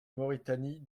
mauritanie